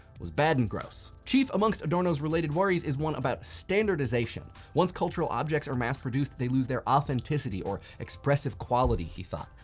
was bad and gross. chief amongst adorno's related worries is one about standardization. once cultural objects are mass produced, they lose their authenticity or expressive quality he thought.